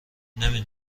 نمی